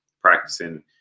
practicing